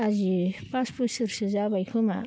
आजि पास बोसोरसो जाबाय खोमा